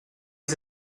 has